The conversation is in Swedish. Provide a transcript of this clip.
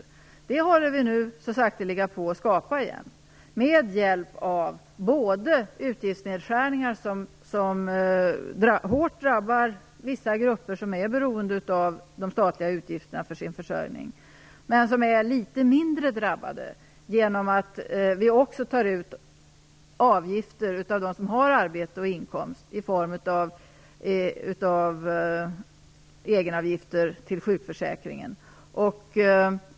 En sådan håller vi nu så sakteliga på att skapa igen, med hjälp av utgiftsnedskärningar som hårt drabbar vissa grupper som är beroende av de statliga utgifterna för sin försörjning men som ändå är litet mindre drabbade genom att vi också tar ut egenavgifter till sjukförsäkringen av dem som har arbete och inkomst.